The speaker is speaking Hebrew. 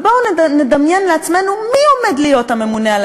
ובואו נדמיין לעצמנו מי עומד להיות הממונה החדש על